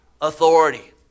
authority